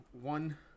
one